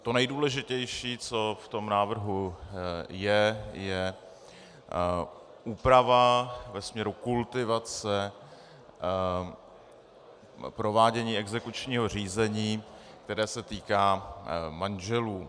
To nejdůležitější, co v tom návrhu je, je úprava ve směru kultivace provádění exekučního řízení, které se týká manželů.